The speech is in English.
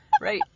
Right